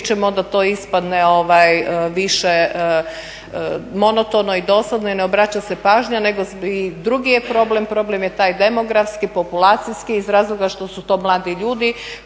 onda to ispadne više monotono i dosadno i ne obraća se pažnja, nego i drugi je problem. Problem je taj demografski, populacijski iz razloga što su to mladi ljudi